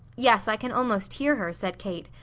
yes, i can almost hear her, said kate,